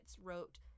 wrote